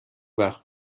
وقت